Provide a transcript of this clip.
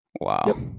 Wow